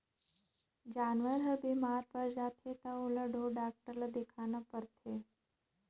जानवर हर बेमार पर जाथे त ओला ढोर डॉक्टर ल देखाना परथे